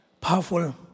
powerful